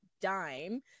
dime